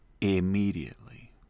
immediately